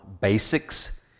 basics